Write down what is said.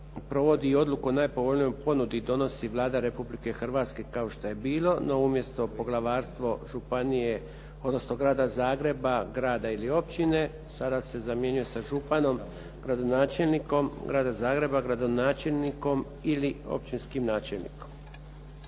provodi i odluku o najpovoljnijoj ponudi donosi Vlada Republike Hrvatske kao što je bilo, no umjesto poglavarstvo županije odnosno Grada Zagreba, grada ili općine sada se zamjenjuje se županom, gradonačelnikom Grada Zagreba, gradonačelnikom ili općinskim načelnikom.